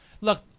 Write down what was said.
Look